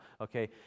Okay